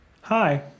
Hi